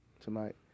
tonight